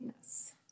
Yes